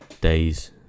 Days